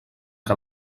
que